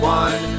one